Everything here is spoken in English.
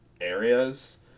areas